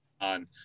on